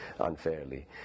unfairly